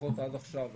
לפחות עד עכשיו,